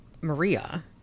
Maria